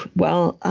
well,